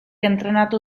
entrenatu